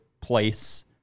place